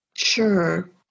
sure